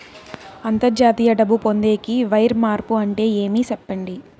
అంతర్జాతీయ డబ్బు పొందేకి, వైర్ మార్పు అంటే ఏమి? సెప్పండి?